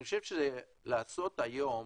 להגיד היום